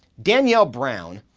danielle brown,